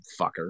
fucker